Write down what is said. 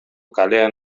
kalean